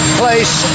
place